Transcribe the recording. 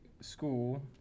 school